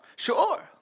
Sure